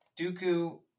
Dooku